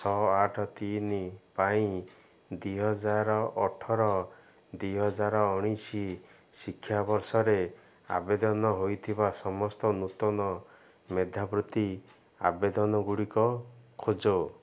ଛଅ ଆଠ ତିନି ପାଇଁ ଦୁଇ ହଜାର ଅଠର ଦୁଇ ହଜାର ଉଣେଇଶି ଶିକ୍ଷା ବର୍ଷରେ ଆବେଦନ ହୋଇଥିବା ସମସ୍ତ ନୂତନ ମେଧାବୃତ୍ତି ଆବେଦନଗୁଡ଼ିକ ଖୋଜ